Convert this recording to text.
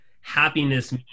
happiness